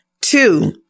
two